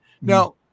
now